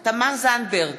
תמר זנדברג,